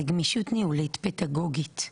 זה גמישות ניהולית פדגוגית,